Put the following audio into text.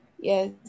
Yes